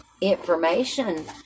information